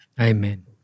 Amen